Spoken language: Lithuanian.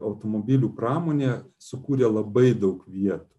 automobilių pramonė sukūrė labai daug vietų